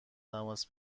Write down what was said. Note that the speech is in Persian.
تماس